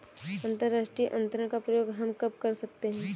अंतर्राष्ट्रीय अंतरण का प्रयोग हम कब कर सकते हैं?